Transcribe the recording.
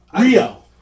Rio